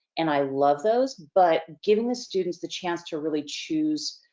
and i love those. but giving the students the chance to really choose,